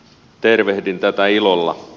tervehdin tätä ilolla